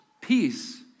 Peace